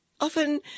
often